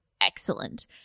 excellent